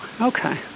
Okay